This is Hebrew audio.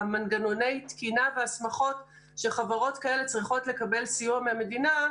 מנגנוני תקינה והסמכות שחברות כאלה צריכות לקבל סיוע מהמדינה,